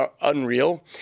unreal